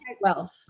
wealth